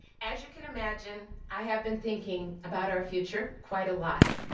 as you can imagine, i have been thinking about our future quite a lot.